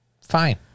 fine